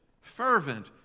fervent